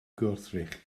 gwrthrych